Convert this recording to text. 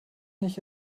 nicht